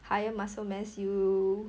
higher muscle mass you